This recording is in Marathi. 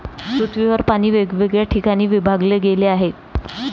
पृथ्वीवर पाणी वेगवेगळ्या ठिकाणी विभागले गेले आहे